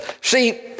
See